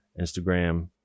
Instagram